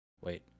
Wait